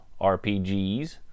RPGs